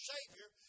Savior